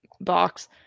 box